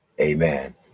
Amen